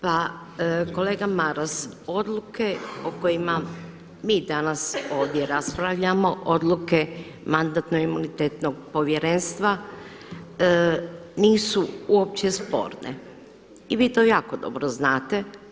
Pa kolega Maras, odluke o kojima mi danas ovdje raspravljamo odluke Mandatno-imunitetno povjerenstva nisu uopće sporne i vi to jako dobro znate.